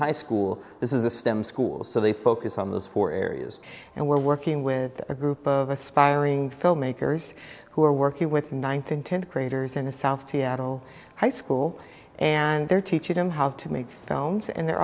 high school this is a stem school so they focus on those four areas and we're working with a group of aspiring filmmakers who are working with ninth and tenth graders in the south to addle high school and they're teaching them how to make films and they're